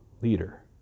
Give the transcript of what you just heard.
leader